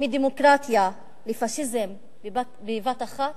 מדמוקרטיה לפאשיזם בבת אחת?